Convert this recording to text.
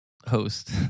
host